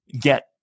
get